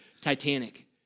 Titanic